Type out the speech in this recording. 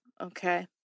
okay